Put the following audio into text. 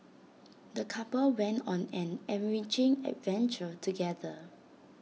the couple went on an enriching adventure together